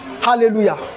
Hallelujah